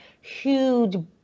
huge